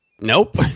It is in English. Nope